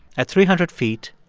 at three hundred feet,